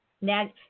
Now